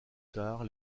tard